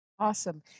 Awesome